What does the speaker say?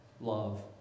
love